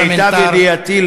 למיטב ידיעתי,